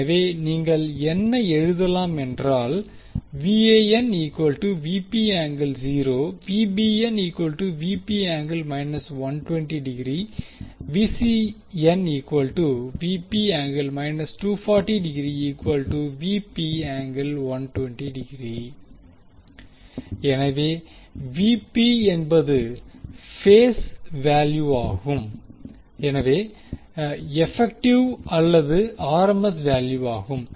எனவே நீங்கள் என்ன எழுதலாமென்றால் எனவே என்பது பேஸ் வோல்டேஜின் எபெக்டிவ் அல்லது ஆர்எம்எஸ் வேல்யூவாகும்